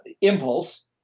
impulse